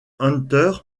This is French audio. hunter